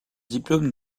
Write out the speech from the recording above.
diplôme